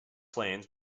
planes